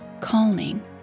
calming